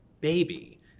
baby